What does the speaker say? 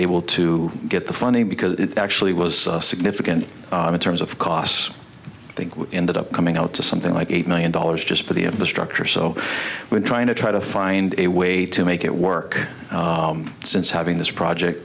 able to get the funny because it actually was significant in terms of costs they ended up coming out to something like eight million dollars just for the of the structure so we're trying to try to find a way to make it work since having this project